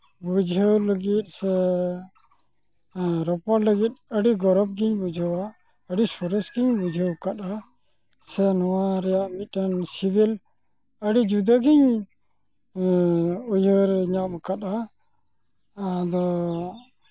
ᱵᱩᱡᱷᱟᱹᱣ ᱞᱟᱹᱜᱤᱫ ᱥᱮ ᱟᱨ ᱨᱚᱯᱚᱲ ᱞᱟᱹᱜᱤᱫ ᱟᱹᱰᱤ ᱜᱚᱨᱚᱵᱽ ᱜᱤᱧ ᱵᱩᱡᱷᱟᱹᱣᱟ ᱟᱹᱰᱤ ᱥᱚᱨᱮᱥ ᱜᱤᱧ ᱵᱩᱡᱷᱟᱹᱣ ᱟᱠᱟᱫᱼᱟ ᱥᱮ ᱱᱚᱣᱟ ᱨᱮᱭᱟᱜ ᱢᱤᱫᱴᱮᱱ ᱥᱤᱵᱤᱞ ᱟᱹᱰᱤ ᱡᱩᱫᱟᱹᱜᱤᱧ ᱩᱭᱦᱟᱹᱨ ᱧᱟᱢ ᱟᱠᱟᱫᱼᱟ ᱟᱫᱚ